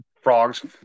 Frogs